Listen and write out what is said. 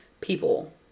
people